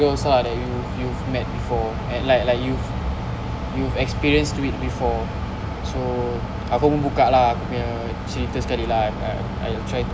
girls ah that you you've met before and like like you you've experienced to it before so aku pun buka lah aku punya cerita sekali lah I I will try to